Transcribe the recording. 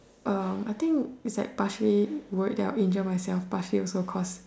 uh I think it's like partially worried that I'll injure myself partially also cause